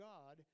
God